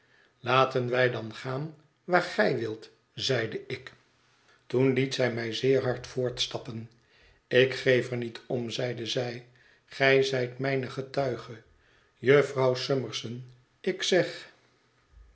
laten wij dan gaan waar gij wilt zeide ik toen liet zij mij zeer hard voortstappen ik geef er niet om i zeide zij gij zijt mijne getuige jufvrouw summerson ik zeg